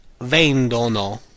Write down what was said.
vendono